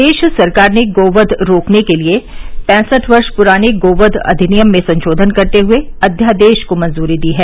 प्रदेश सरकार ने गो वध रोकने के लिए पैंसठ वर्ष पुराने गो वध अधिनियम में संशोधन करते हुए अध्यादेश को मंजूरी दी है